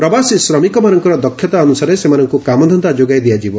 ପ୍ରବାସୀ ଶ୍ରମିକମାନଙ୍କର ଦକ୍ଷତା ଅନୁସାରେ ସେମାନଙ୍କୁ କାମଧନା ଯୋଗାଇ ଦିଆଯିବ